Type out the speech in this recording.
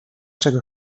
czego